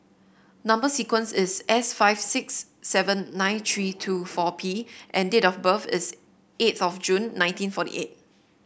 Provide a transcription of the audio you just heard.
number sequence is S five six seven nine three two four P and date of birth is eighth of June nineteen forty eight